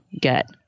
get